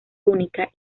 única